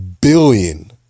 billion